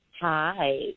Hi